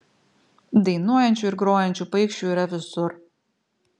dainuojančių ir grojančių paikšių yra visur